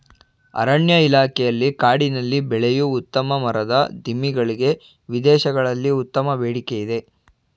ಅರಣ್ಯ ಇಲಾಖೆಯಲ್ಲಿ ಕಾಡಿನಲ್ಲಿ ಬೆಳೆಯೂ ಉತ್ತಮ ಮರದ ದಿಮ್ಮಿ ಗಳಿಗೆ ವಿದೇಶಗಳಲ್ಲಿ ಉತ್ತಮ ಬೇಡಿಕೆ ಇದೆ